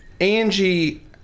Angie